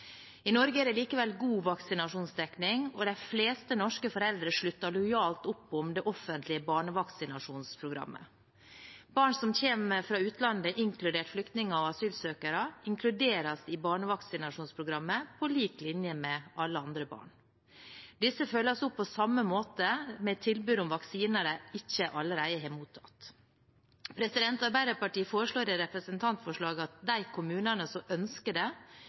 I Norge er det likevel god vaksinasjonsdekning, og de fleste norske foreldre slutter lojalt opp om det offentlige barnevaksinasjonsprogrammet. Barn som kommer fra utlandet, inkludert flyktninger og asylsøkere, inkluderes i barnevaksinasjonsprogrammet på lik linje med alle andre barn. Disse følges opp på samme måte – med tilbud om vaksiner de ikke allerede har mottatt. Arbeiderpartiet foreslår i representantforslaget at de kommunene som ønsker det,